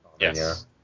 Yes